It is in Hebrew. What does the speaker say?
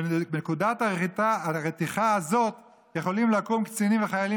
בנקודת הרתיחה הזאת יכולים לקום קצינים וחיילים